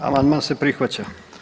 Amandman se prihvaća.